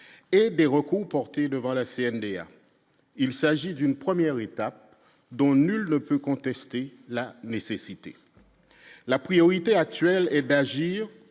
aider recoupent Horter devant la CNDA, il s'agit d'une première étape dont nul ne peut contester la nécessité la priorité actuelle hé bien agir